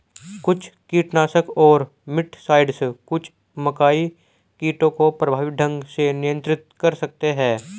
कुछ कीटनाशक और मिटसाइड्स कुछ मकई कीटों को प्रभावी ढंग से नियंत्रित कर सकते हैं